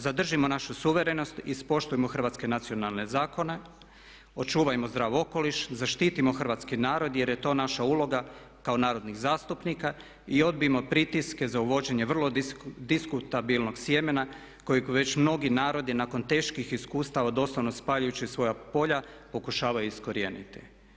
Zadržimo našu suverenost, ispoštujmo hrvatske nacionalne zakone, očuvajmo zdrav okoliš, zaštitimo hrvatski narod jer je to naša uloga kao narodnih zastupnika i odbijmo pritiske za uvođenje vrlo diskutabilnog sjemena kojeg već mnogi narodi nakon teških iskustava doslovno spaljujući svoja polja pokušavaju iskorijeniti.